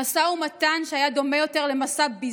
המשא ומתן, שהיה דומה יותר למסע-ביזה,